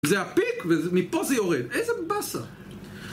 זה הפיק, ומפה זה יורד. איזה באסה.